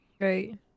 Right